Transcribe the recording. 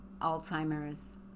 Alzheimer's